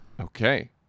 Okay